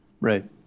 Right